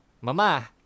Mama